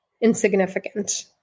insignificant